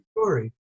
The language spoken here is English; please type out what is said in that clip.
story